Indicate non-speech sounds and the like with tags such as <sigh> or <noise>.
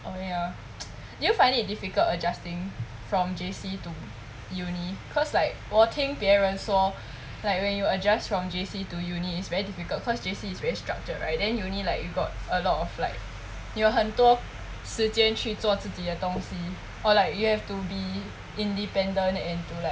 oh ya <noise> do you find it difficult adjusting from J_C to uni cause like 我听別人说 like when you adjust from J_C to uni is very difficult cause J_C is very structured right then uni like you got a lot of like 你有很多时间去做自己的东西 or like you have to be independent to like